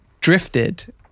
drifted